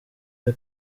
iyo